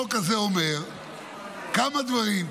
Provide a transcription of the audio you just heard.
החוק הזה אומר כמה דברים,